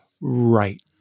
right